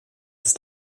ist